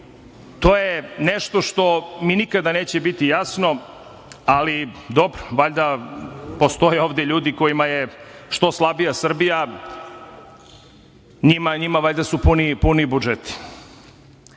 je nešto što mi nikada neće biti jasno, ali dobro, valjda postoje ovde ljudi kojima je što slabija Srbija njima valjda su puniji